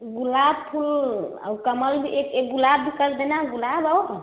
गुलाब फूल और कमल भी एक एक गुलाब भी कर देना गुलाब और